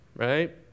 Right